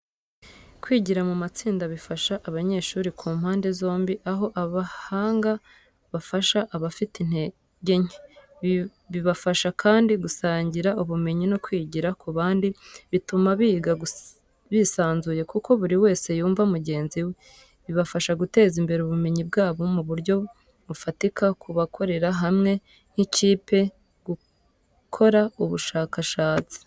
Kwigira mu matsinda bifasha abanyeshuri ku mpande zombi aho abahanga bafasha abafite intege nke, bibafasha kandi gusangira ubumenyi no kwigira ku bandi. Bituma biga bisanzuye kuko buri wese yumva mugenzi we. Bibafasha guteza imbere ubumenyi bwabo mu buryo bufatika kuko bakorera hamwe nk’ikipe mu gukora ubushakashatsi.